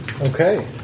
Okay